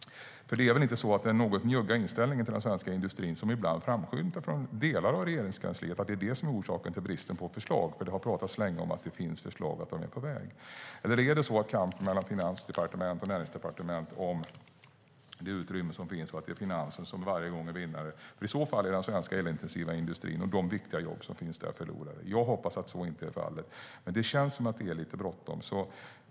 Den något njugga inställningen till den svenska industrin som ibland framskymtar från delar av Regeringskansliet är väl inte orsaken till bristen på förslag? Det har nämligen talats länge om att det finns förslag och att de är på väg. Eller är det så att det är Finansen som varje gång är vinnare i kampen om det utrymme som finns mellan Finansdepartementet och Näringsdepartementet? I så fall är den svenska elintensiva industrin och de viktiga jobb som finns där förlorare. Jag hoppas att så inte är fallet. Men det känns som att det är lite bråttom.